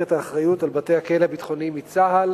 את האחריות לבתי-הכלא הביטחוניים מצה"ל